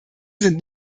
sind